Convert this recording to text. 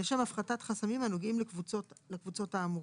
לשם הפחתת חסמים הנוגעים לקבוצות האמורות.